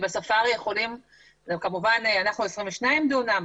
אנחנו 22 דונם,